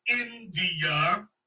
India